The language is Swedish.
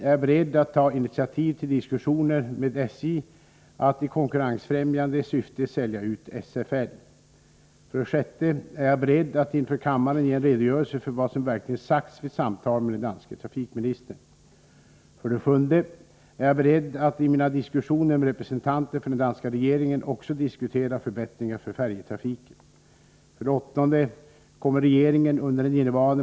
Är jag beredd att ta initiativ till diskussioner med SJ att i konkurrensfrämjande syfte sälja ut SFL? 6. Är jag beredd att inför kammaren ge en redogörelse för vad som verkligen sagts vid samtal med den danske trafikministern? 7. Är jag beredd att i mina diskussioner med representanter för den danska regeringen också diskutera förbättringar för färjetrafiken?